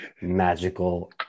magical